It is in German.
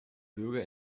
bürger